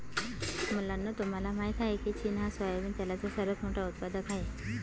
मुलांनो तुम्हाला माहित आहे का, की चीन हा सोयाबिन तेलाचा सर्वात मोठा उत्पादक आहे